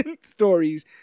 stories